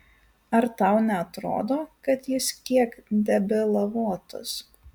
ar tau neatrodo kad jis kiek debilavotas